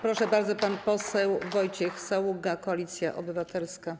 Proszę bardzo, pan poseł Wojciech Saługa, Koalicja Obywatelska.